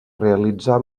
realitzar